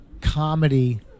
comedy